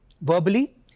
verbally